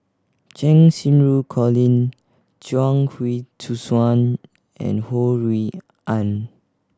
Cheng Xinru Colin Chuang Hui Tsuan and Ho Rui An